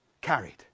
carried